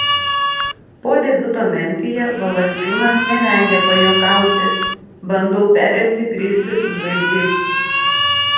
po debiuto memfyje valančiūnas nevengė pajuokauti bandau perimti grizlių įvaizdį